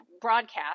broadcast